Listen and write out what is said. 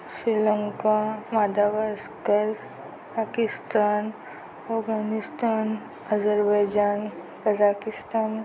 Sri Lanka madagascar Pakistan Afghanistan Azerbaijan Kazakhstan